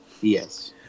Yes